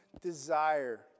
desire